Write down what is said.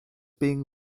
being